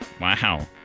wow